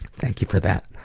thank you for that.